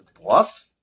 Bluff